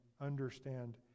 understand